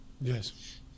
Yes